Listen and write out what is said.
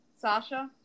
Sasha